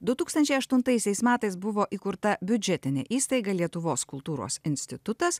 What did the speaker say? du tūkstančiai aštuntaisiais metais buvo įkurta biudžetinė įstaiga lietuvos kultūros institutas